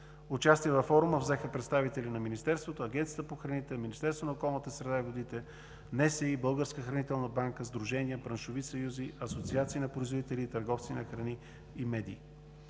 Участие във форума взеха представители на Министерството, Агенцията по храните, Министерството на околната среда и водите, НСИ, Българската хранителна банка, сдружения, браншови съюзи, асоциации на производители и търговци на храни и медии.